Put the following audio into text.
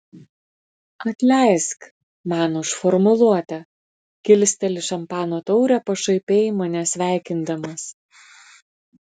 atleisk man už formuluotę kilsteli šampano taurę pašaipiai mane sveikindamas